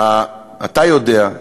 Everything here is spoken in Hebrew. אתה יודע,